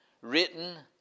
written